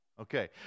Okay